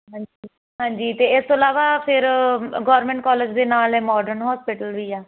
ਹਾਂਜੀ ਹਾਂਜੀ ਤੇ ਇਸ ਤੋਂ ਇਲਾਵਾ ਫਿਰ ਗੌਰਮੈਂਟ ਕਾਲਜ ਦੇ ਨਾਲ ਮਾਡਰਨ ਹੋਸਪਿਟਲ ਵੀ ਆ